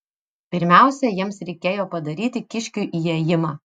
pirmiausia jiems reikėjo padaryti kiškiui įėjimą